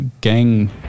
gang